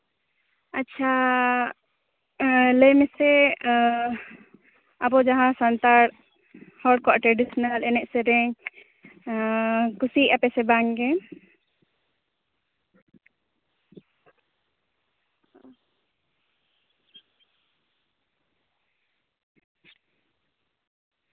ᱟᱪᱪᱷᱟ ᱞᱟᱹᱭ ᱢᱮᱥᱮ ᱟᱵᱚ ᱡᱟᱦᱟᱸ ᱥᱟᱱᱛᱟᱲ ᱦᱚᱲ ᱠᱚᱣᱟᱜ ᱴᱨᱮᱰᱤᱥᱚᱱᱟᱞ ᱮᱱᱮᱡ ᱥᱮᱨᱮᱧ ᱠᱩᱥᱤᱭᱟᱜᱼᱟ ᱯᱮ ᱥᱮ ᱵᱟᱝ ᱜᱮ